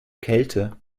kälte